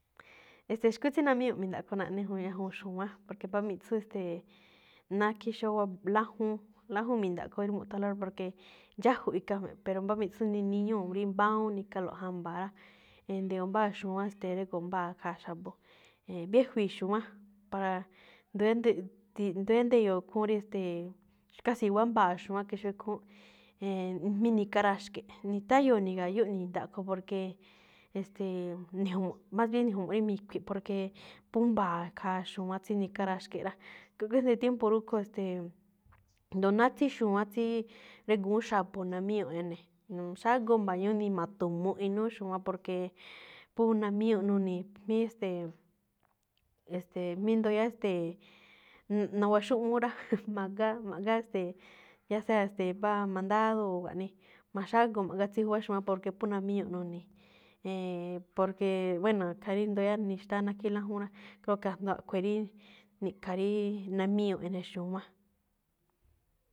E̱ste̱e̱, xkú tsí namíñuꞌ mi̱ndaꞌkho naꞌne juun ñajuun xu̱wán, porque mbá miꞌtsú ste̱e̱ nákhí xóó wab lájúún, lájúún mi̱ndaꞌkho rí mu̱ꞌthánlóꞌ rá, porque dxájuꞌ ikha jmi̱ꞌ, pero mbá miꞌtsú niniñúu̱ rí mbáwúún nikalo̱ꞌ jamba̱a̱ rá, e̱n nde̱yo̱o̱ mbá xu̱wán ste̱e̱ drégo̱o̱ mbáa khaa xa̱bo̱. Biéji̱i̱ xu̱wán para ndé ndé rí nde̱yo̱o̱ khúún rí ste̱e̱, kási̱ i̱wa̱á mba̱a̱ xu̱wánꞌ ke xó ikhúúnꞌ, e̱e̱n mí ni̱ka̱raxkeꞌ, nitáyo̱o̱ ni̱ga̱yúꞌ mi̱ndaꞌkho, porque e̱ste̱e̱, ni̱ju̱mu̱ꞌ, más bien ni̱ju̱mu̱ꞌ rí mi̱khui̱ꞌ, porque phú mba̱a̱ khaa xu̱wán tsí ni̱ka̱raxkeꞌ rá. tiempo rúꞌkhue̱n, ste̱e̱, jndo náá tsí xu̱wánꞌ tsí régu̱ún xa̱bo̱ namíñuꞌ ene̱, mm xágoo mba̱ñu̱ú ni ma̱tu̱muꞌ inúú xu̱wánꞌ, porque phú namíñuꞌ nuni̱i̱, mí ste̱e̱, e̱ste̱e̱ mí éndo̱ yáá, ste̱e̱, nawaxúꞌmúú rá, ma̱ꞌgá, ma̱ꞌgá ste̱e̱, ya sea ste̱e̱ mbá mandado o ma̱xágoo ma̱ꞌgá tsí júwá xu̱wánꞌ, porque phú namíñuꞌ nuni̱i̱. E̱e̱n porque, bueno, khaa rí nduyáá rí nixtáá nákhí lájúún rá, kréo̱ que jndo a̱ꞌkhue̱n rí ni̱ꞌkha̱ rí namíñuꞌ ene̱ xu̱wán.